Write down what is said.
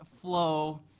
flow